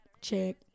check